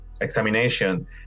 examination